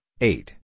eight